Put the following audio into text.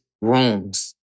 rooms